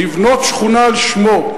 לבנות שכונה על שמו.